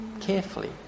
carefully